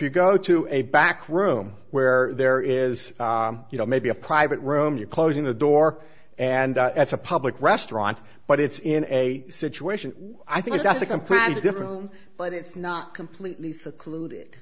you go to a back room where there is you know maybe a private room you're closing the door and it's a public restaurant but it's in a situation where i think it's a completely different but it's not completely secluded